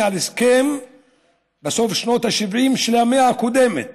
על הסכם בסוף שנות ה-70 של המאה הקודמת